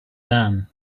dan